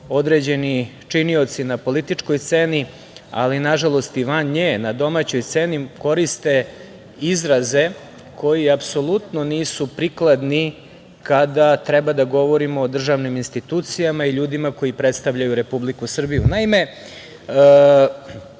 određeni činioci na političkoj sceni, ali nažalost i van nje, na domaćoj sceni, koriste izraze koji apsolutno nisu prikladni kada treba da govorimo o državnim institucijama i ljudima koji predstavljaju Republiku Srbiju. Naime,